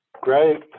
Great